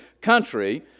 country